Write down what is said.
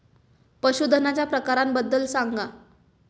पशूधनाच्या प्रकारांबद्दल सांगा